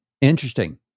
Interesting